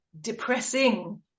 depressing